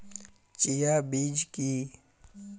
Chia বীজ কী?